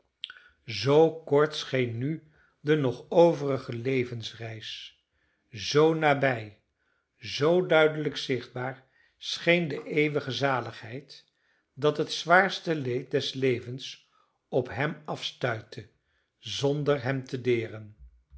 zoo kort scheen nu de nog overige levensreis zoo nabij zoo duidelijk zichtbaar scheen de eeuwige zaligheid dat het zwaarste leed des levens op hem afstuitte zonder hem te deren